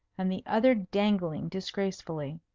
and the other dangling disgracefully.